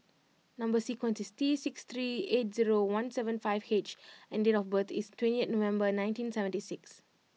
number sequence is T six three eight zero one seven five H and date of birth is twentieth November nineteen seventy six